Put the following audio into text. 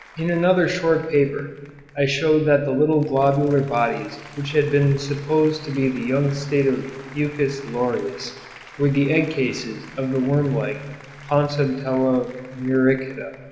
in another short paper i showed that the little globular bodies which had been supposed to be the young state of fucus loreus were the egg-cases of the wormlike pontobdella muricata.